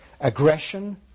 aggression